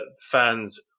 fans